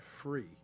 free